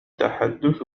تحدث